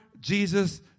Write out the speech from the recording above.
Jesus